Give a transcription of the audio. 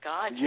God